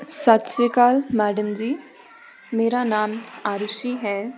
ਸਤਿ ਸ਼੍ਰੀ ਅਕਾਲ ਮੈਡਮ ਜੀ ਮੇਰਾ ਨਾਮ ਆਰੁਸ਼ੀ ਹੈ